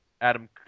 Adam